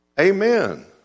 Amen